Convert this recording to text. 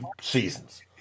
seasons